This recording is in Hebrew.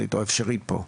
הפוטנציאלית או האפשרית פה?